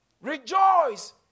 Rejoice